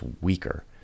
weaker